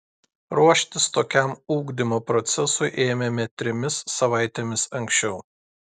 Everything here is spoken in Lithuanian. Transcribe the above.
ruoštis tokiam ugdymo procesui ėmėme trimis savaitėmis anksčiau